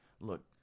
look